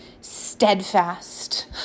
steadfast